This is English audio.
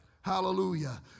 Hallelujah